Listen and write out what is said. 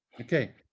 Okay